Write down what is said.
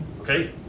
Okay